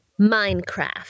Minecraft